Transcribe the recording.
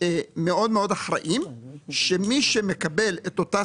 מאוד מאוד אחראיים שמי שמקבל את אותה